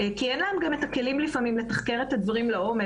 כי לפעמים גם אין להם את הכלים לתחקר את הדברים לעומק.